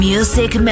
Music